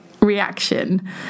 reaction